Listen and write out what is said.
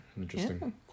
Interesting